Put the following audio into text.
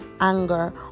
anger